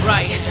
Right